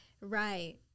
Right